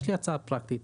יש לי הצעה פרקטית.